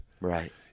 Right